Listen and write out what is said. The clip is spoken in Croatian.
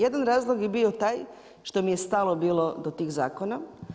Jedan razlog je bio taj što mi je stalo bilo do tih zakona.